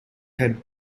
head